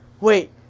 wait